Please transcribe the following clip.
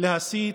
להסית